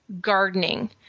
gardening